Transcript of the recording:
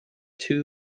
two